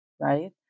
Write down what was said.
right